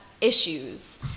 issues